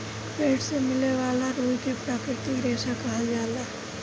पेड़ से मिले वाला रुई के प्राकृतिक रेशा कहल जाला